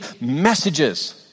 messages